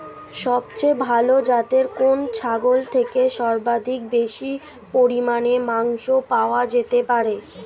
সবচেয়ে ভালো যাতে কোন ছাগল থেকে সর্বাধিক বেশি পরিমাণে মাংস পাওয়া যেতে পারে?